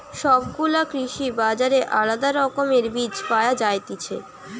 সব গুলা কৃষি বাজারে আলদা রকমের বীজ পায়া যায়তিছে